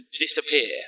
disappear